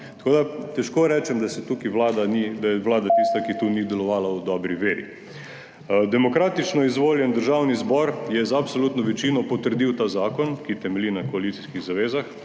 tako da težko rečem, da je vlada tista, ki tu ni delovala v dobri veri. Demokratično izvoljen Državni zbor je z absolutno večino potrdil ta zakon, ki temelji na koalicijskih zavezah,